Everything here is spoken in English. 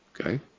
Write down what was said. okay